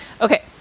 Okay